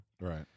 right